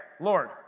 Lord